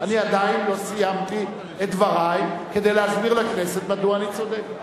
אני עדיין לא סיימתי את דברי כדי להסביר לכנסת מדוע אני צודק.